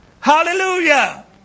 Hallelujah